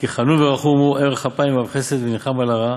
'כי חנון ורחום הוא ארך אפים ורב חסד ונחם על הרעה'.